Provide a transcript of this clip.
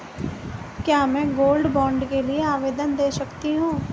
क्या मैं gold bond के लिए आवेदन दे सकती हूँ?